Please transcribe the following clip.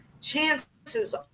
chances